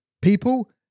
people